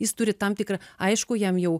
jis turi tam tikrą aišku jam jau